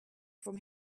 from